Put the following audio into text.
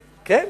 כן?